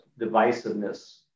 divisiveness